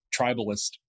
tribalist